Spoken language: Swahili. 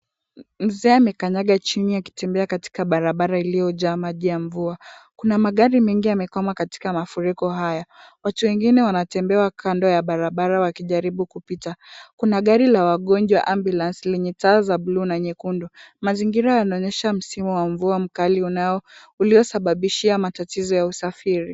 Mzee amekanyaga chini akitembea katika barabara iliyojaa maji ya mvua. Kuna magari mengi yamekwama katika mafuriko haya. Watu wengine wanatembea kando ya barabara wakijaribu kupita. Kuna gari la wagonjwa ambulance lenye taa za bluu na nyekundu. Mazingira yanaonyesha msimu wa mvua mkali uliosabibishia matatizo ya usafiri.